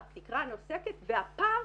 התקרה נוסקת והפער